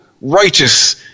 righteous